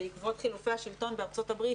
בעקבות חילופי השלטון בארצות הברית,